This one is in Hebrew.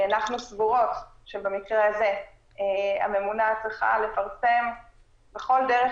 אנחנו סבורות שבמקרה הזה הממונה צריכה לפרסם בכל דרך